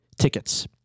tickets